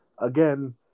Again